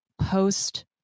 post